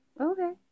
okay